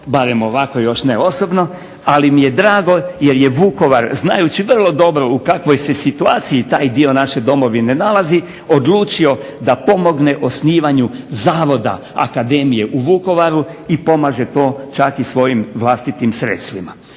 barem ovako još ne osobno, ali mi je drago jer je Vukovar znajući vrlo dobro u kakvoj se situaciji taj dio naše Domovine nalazi odlučio da pomogne osnivanju Zavoda Akademije u Vukovaru i pomaže to čak i svojim vlastitim sredstvima.